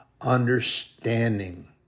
understanding